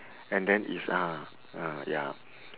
and then it's uh uh ya